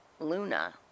luna